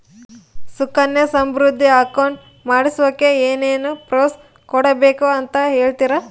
Sukanya Samriddhi account ಮಾಡಿಸೋಕೆ ಏನೇನು proof ಕೊಡಬೇಕು ಅಂತ ಹೇಳ್ತೇರಾ?